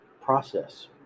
process